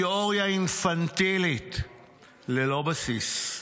תיאוריה אינפנטילית ללא בסיס.